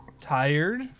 Tired